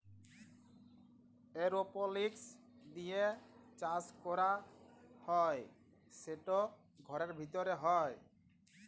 এরওপলিক্স দিঁয়ে চাষ ক্যরা হ্যয় সেট ঘরের ভিতরে হ্যয়